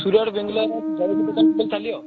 ସୂର୍ୟା ଆଡ଼େ ବାଙ୍ଗାଲୋର୍ରେ ଜଳଖିଆ ଦୋକାନ କଲେ ଚାଲିବ